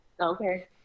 Okay